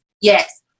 yes